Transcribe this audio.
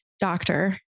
doctor